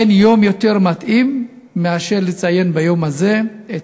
אין יום יותר מתאים מאשר לציין ביום הזה את